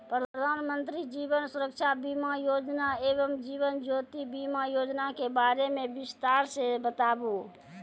प्रधान मंत्री जीवन सुरक्षा बीमा योजना एवं जीवन ज्योति बीमा योजना के बारे मे बिसतार से बताबू?